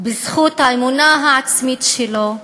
בזכות האמונה העצמית שלו,